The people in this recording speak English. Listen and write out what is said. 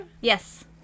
Yes